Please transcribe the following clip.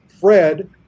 Fred